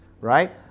right